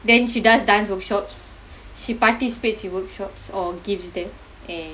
then she does dance workshops she participates in workshops or gives them eh